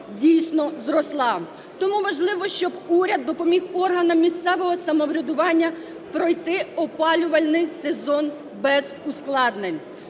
дійсно зросла. Тому важливо, щоб уряд допоміг органам місцевого самоврядування пройти опалювальний сезон без ускладнень.